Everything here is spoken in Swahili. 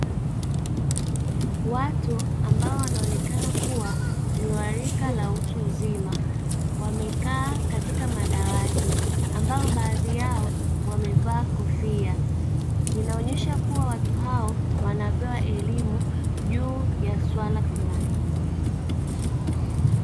Watu ambao wanaonekana kuwa ni wa rika la utu uzima wamekaa katika madawati, ambao baadhi yao wamevaa kofia, inaonesha kuwa watu hao wanapewa elimu juu ya swala fulani.